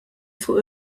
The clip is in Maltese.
fuq